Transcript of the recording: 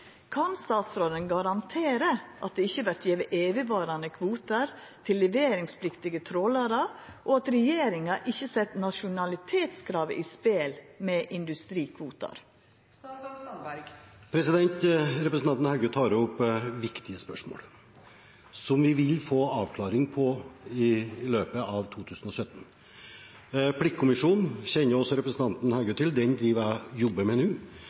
Kan statsråden garantere at det ikkje vert gjeve evigvarande kvotar til leveringspliktige trålarar, og at regjeringa ikkje set nasjonalitetskravet i spel med industrikvotar?» Representanten Heggø tar opp viktige spørsmål som vi vil få avklaring på i løpet av 2017. Pliktkommisjonens rapport, som også representanten Heggø kjenner til, jobber jeg med